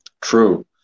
True